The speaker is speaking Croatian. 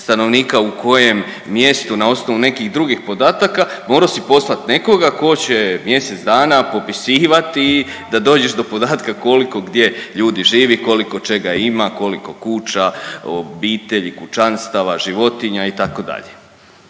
stanovnika u kojem mjestu na osnovu nekih drugih podataka morao si poslati nekoga tko će mjesec dana popisivati da dođeš do podatka koliko gdje ljudi živi, koliko čega ima, koliko kuća, obitelji, kućanstava, životinja itd.